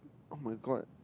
oh my god